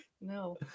No